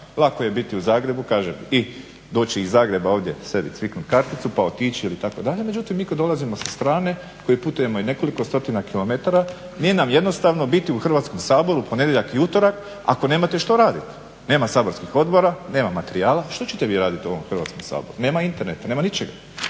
Lako je biti u Zagrebu, kažem, i doći iz Zagreba ovdje sebi cviknut karticu pa otići itd., međutim mi kad dolazimo sa strane, koji putujemo i nekoliko stotina kilometara nije nam jednostavno biti u Hrvatskom saboru u ponedjeljak i utorak ako nemate što raditi. Nema saborskih odbora, nema materijala, što ćete vi raditi u ovom Hrvatskom saboru, nema interneta, nema ničega